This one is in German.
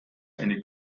eine